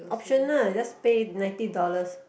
optional I just pay ninety dollars